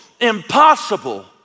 impossible